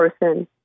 person